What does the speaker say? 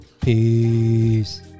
Peace